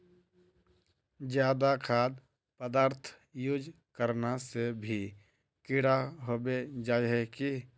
ज्यादा खाद पदार्थ यूज करना से भी कीड़ा होबे जाए है की?